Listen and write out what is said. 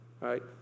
right